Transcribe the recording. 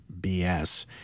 BS